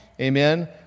Amen